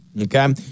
Okay